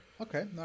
Okay